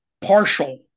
partial